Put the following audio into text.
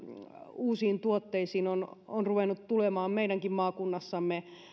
uusiin tuotteisiin on on ruvennut tulemaan meidänkin maakunnassamme